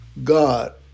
God